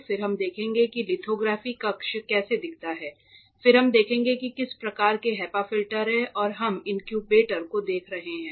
फिर हम देखेंगे कि लिथोग्राफी कक्ष कैसा दिखता है फिर हम देखेंगे कि किस प्रकार के HEPA फिल्टर हैं और हम इनक्यूबेटर को देख रहे होंगे